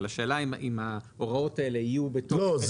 אבל השאלה אם ההוראות האלה יהיו בתוך --- לא,